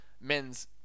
men's